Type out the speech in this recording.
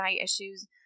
issues